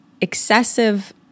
excessive